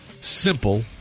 Simple